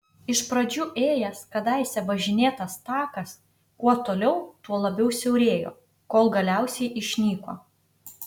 iš pradžių ėjęs kadaise važinėtas takas kuo toliau tuo labiau siaurėjo kol galiausiai išnyko